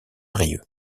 brieuc